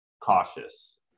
cautious